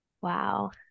wow